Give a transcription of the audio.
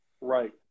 right